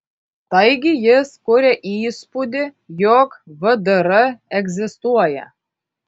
taigi jis kuria įspūdį jog vdr egzistuoja